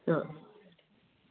अ